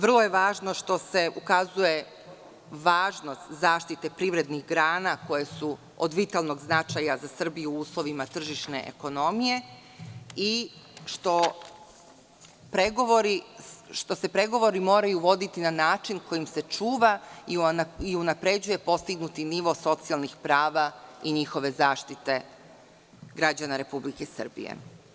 Vrlo je važno što se ukazuje važnost zaštite privrednih grana koje su od vitalnog značaja za Srbiju u uslovima tržišne ekonomije i što se pregovori moraju voditi na način kojim se čuva i unapređuje postignuti nivo socijalnih prava i njihove zaštite građana Republike Srbije.